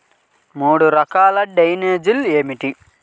మూడు రకాల డ్రైనేజీలు ఏమిటి?